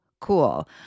cool